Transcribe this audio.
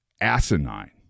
asinine